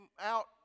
out